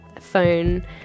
phone